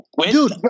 Dude